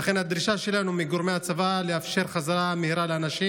ולכן הדרישה שלנו מגורמי הצבא היא לאפשר חזרה מהירה לאנשים